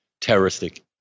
terroristic